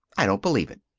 i don't believe it!